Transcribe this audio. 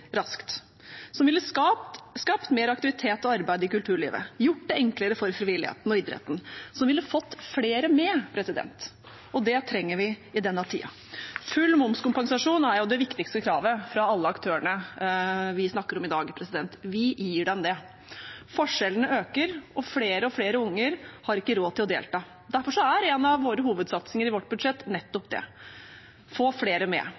raskt, som ville skapt mer aktivitet og arbeid i kulturlivet, gjort det enklere for frivilligheten og idretten og fått flere med, og det trenger vi i denne tiden. Full momskompensasjon er det viktigste kravet fra alle aktørene vi snakker om i dag. Vi vil gi dem det. Forskjellene øker, og flere og flere unger har ikke råd til å delta. Derfor er en av hovedsatsingene i vårt budsjett nettopp det – å få flere med: